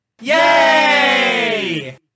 Yay